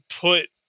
put